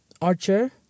Archer